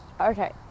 okay